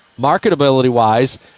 marketability-wise